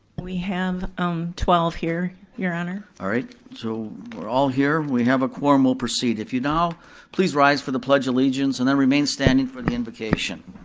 we have twelve here, your honor. alright, so we're all here, we have a form, we'll proceed. if you now please rise for the pledge of allegiance and and remain standing for the invocation.